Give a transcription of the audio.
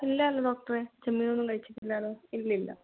ഇല്ലല്ലോ ഡോക്ടറേ ചെമ്മീൻ ഒന്നും കഴിച്ചിട്ടില്ലല്ലോ ഇല്ലില്ല